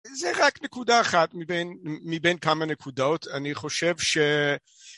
זה רק נקודה אחת מבין כמה נקודות, אני חושב ש...